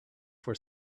for